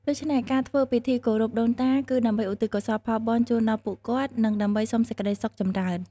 ដូច្នេះ ការធ្វើពិធីគោរពដូនតា គឺដើម្បីឧទ្ទិសកុសលផលបុណ្យជូនដល់ពួកគាត់ និងដើម្បីសុំសេចក្ដីសុខចម្រើន។